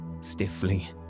stiffly